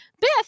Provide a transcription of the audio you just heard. Beth